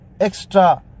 extra